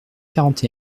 quarante